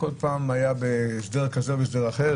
כל פעם בהסדר כזה ובהסדר אחר.